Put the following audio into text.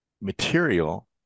material